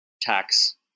tax